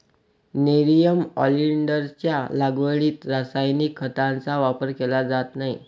nerium ऑलिंडरच्या लागवडीत रासायनिक खतांचा वापर केला जात नाही